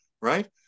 right